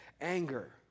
anger